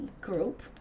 group